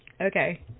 Okay